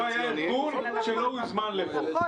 לא היה ארגון שלא הוזמן לפה.